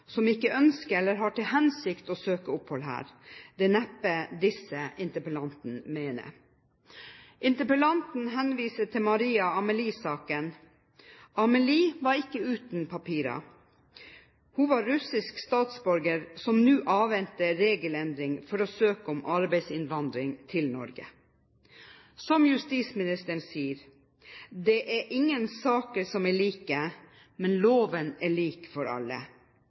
som ikke ønsker eller har til hensikt å søke opphold her. Det er neppe disse interpellanten mener. Interpellanten henviser til Maria Amelie-saken. Amelie var ikke uten papirer. Hun var russisk statsborger som nå avventer regelendring for å søke om arbeidsinnvandring til Norge. Som justisministeren sier, er det ingen saker som er like, men loven er lik for alle.